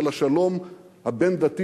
של השלום הבין-דתי,